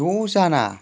ज' जाना